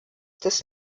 des